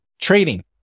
trading